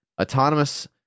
autonomous